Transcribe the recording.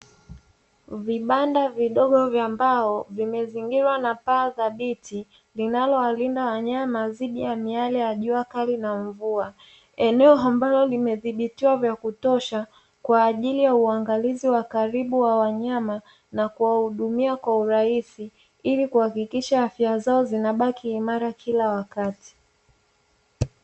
Vibanda vidogo vya mbao vimezingirwa na paa thabiti linalowalinda wanyama dhidi ya miale ya jua kali na mvua, eneo ambalo limedhibitiwa vya kutosha kwa ajili ya uangalizi wa karibu wa wanyama na kuwahudumia kwa urahisi ili kuhakikisha afya zao zinabaki imara kila wakati.